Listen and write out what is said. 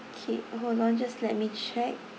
okay hold on just let me check